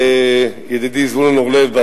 ידידי זבולון אורלב,